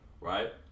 Right